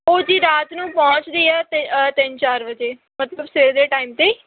ਉਹ ਜੀ ਰਾਤ ਨੂੰ ਪਹੁੰਚਦੀ ਆ ਤ ਤਿੰਨ ਚਾਰ ਵਜੇ ਮਤਲਬ ਸਵੇਰ ਦੇ ਟਾਈਮ 'ਤੇ